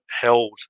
held